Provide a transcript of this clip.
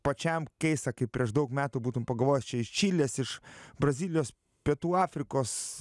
pačiam keista kaip prieš daug metų būtum pagalvojęs čia iš čilės iš brazilijos pietų afrikos